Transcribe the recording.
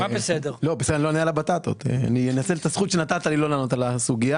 אני אנצל את הזכות שנתת לי ולא אענה על הבטטות.